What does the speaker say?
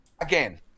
again